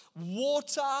water